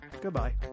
Goodbye